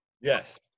yes